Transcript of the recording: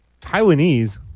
Taiwanese